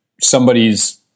somebody's